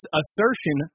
assertion